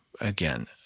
again